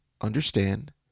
understand